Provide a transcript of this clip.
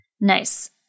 Nice